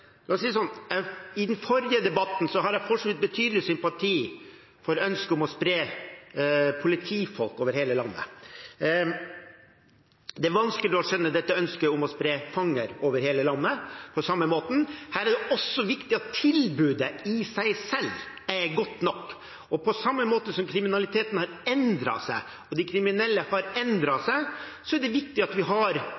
la meg si det slik, med tanke på den forrige debatten: Jeg har for så vidt betydelig sympati for ønsket om å spre politifolk over hele landet. Det er vanskelig å skjønne dette ønsket om å spre fanger over hele landet på samme måten. Her er det også viktig at tilbudet i seg selv er godt nok. På samme måte som kriminaliteten har endret seg, og de kriminelle har